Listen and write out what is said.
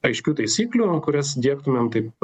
aiškių taisyklių kurias diegtumėm taip